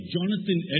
Jonathan